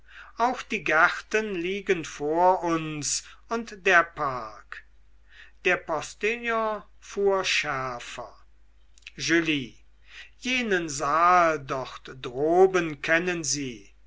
auch die gärten liegen vor uns und der park der postillon fuhr schärfer julie jenen saal dort droben kennen sie